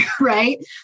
right